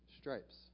stripes